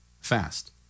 fast